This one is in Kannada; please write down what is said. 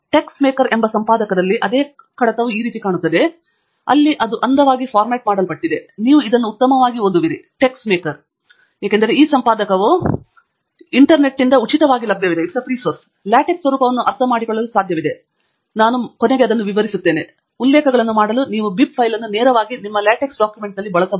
TeXmaker ಎಂಬ ಸಂಪಾದಕದಲ್ಲಿ ಅದೇ ಕಡತವು ಈ ರೀತಿ ಕಾಣುತ್ತದೆ ಅಲ್ಲಿ ಅದು ಅಂದವಾಗಿ ಫಾರ್ಮ್ಯಾಟ್ ಮಾಡಲ್ಪಟ್ಟಿದೆ ಮತ್ತು ನೀವು ಇದನ್ನು ಉತ್ತಮವಾಗಿ ಓದುವಿರಿ ಏಕೆಂದರೆ ಈ ಸಂಪಾದಕವು ಟೆಕ್ಸ್ಮೇಕರ್ ಎಂಬ ಇಂಟರ್ನೆಟ್ನಿಂದ ಉಚಿತವಾಗಿ ಲಭ್ಯವಿದೆ ಲಾಟೆಕ್ಸ್ನ ಸ್ವರೂಪವನ್ನು ಅರ್ಥಮಾಡಿಕೊಳ್ಳಲು ಸಾಧ್ಯವಾಯಿತು ಮತ್ತು ನಾನು ನಿಮಗೆ ನಂತರ ವಿವರಿಸುತ್ತೇನೆ ಉಲ್ಲೇಖಗಳನ್ನು ಮಾಡಲು ನೀವು ಈ ಬಿಬ್ ಫೈಲ್ ಅನ್ನು ನೇರವಾಗಿ ನಿಮ್ಮ ಲಾಟೆಕ್ಸ್ ಡಾಕ್ಯುಮೆಂಟ್ಗಳಲ್ಲಿ ಬಳಸಬಹುದು